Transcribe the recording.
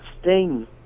Sting